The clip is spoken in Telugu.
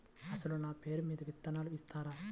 అసలు నా పేరు మీద విత్తనాలు ఇస్తారా?